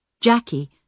Jackie